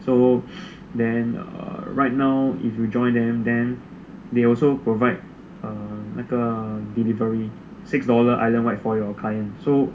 so then err right now they also provide err 那个 delivery six dollar islandwide for your client so